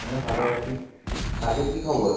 আমিও ভালোই আছি কাজের কী খবর